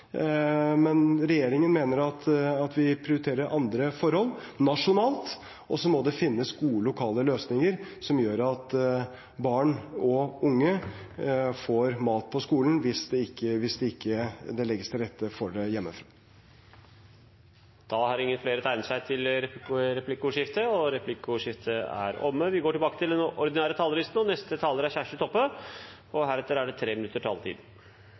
men regjeringen mener at vi må prioritere andre forhold nasjonalt, og så må det finnes gode lokale løsninger som gjør at barn og unge får mat på skolen hvis det ikke legges til rette for det hjemme. Replikkordskiftet er omme. De talerne som heretter får ordet, har